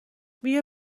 بیا